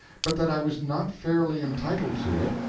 but that i was not fairly entitled to it,